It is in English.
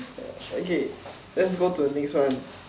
okay let's go to the next one